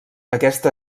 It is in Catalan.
aquesta